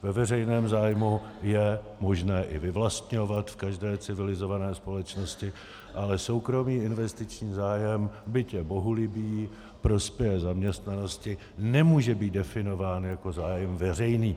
Ve veřejném zájmu je možné i vyvlastňovat v každé civilizované společnosti, ale soukromý investiční zájem, byť je bohulibý, prospěje zaměstnanosti, nemůže být definován jako zájem veřejný.